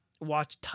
watch